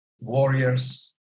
warriors